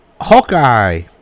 Hawkeye